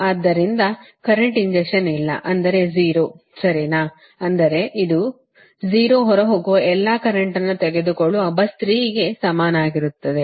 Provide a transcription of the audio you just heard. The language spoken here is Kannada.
ಆದ್ದರಿಂದ ಕರೆಂಟ್ ಇಂಜೆಕ್ಷನ್ ಇಲ್ಲ ಅಂದರೆ 0 ಸರಿನಾ ಅಂದರೆ ಇದು ಅಂದರೆ 0 ಹೊರಹೋಗುವ ಎಲ್ಲಾ ಕರೆಂಟ್ ಅನ್ನು ತೆಗೆದುಕೊಳ್ಳುವ bus 3 ಗೆ ಸಮಾನವಾಗಿರುತ್ತದೆ